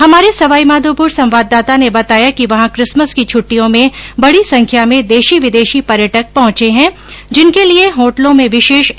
हमारे सवाईमाधोपुर संवाददाता ने बताया कि वहां किसमस की छुटिटयों में बडी संख्या में देशी विदेशी पर्यटक पहुंचे है जिनके लिए होटलों में विशेष इंतजाम किए गए है